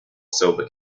silver